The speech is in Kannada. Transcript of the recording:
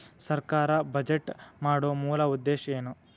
ಸರ್ಕಾರ್ ಬಜೆಟ್ ಮಾಡೊ ಮೂಲ ಉದ್ದೇಶ್ ಏನು?